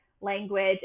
language